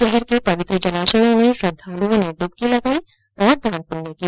शहर के पवित्र जलाशयों में श्रद्वालुओं ने डुबकी लगाई और दान पुण्य किया